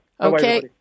Okay